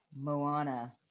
Moana